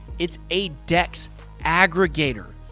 it's a dex aggregator.